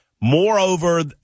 Moreover